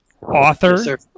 author